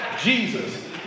Jesus